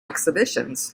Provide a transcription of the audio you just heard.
exhibitions